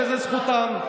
וזו זכותם,